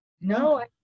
No